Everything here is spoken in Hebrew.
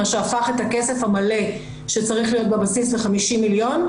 מה שהפך את הכסף המלא שצריך להיות בבסיס ל-50 מיליון,